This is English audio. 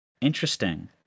interesting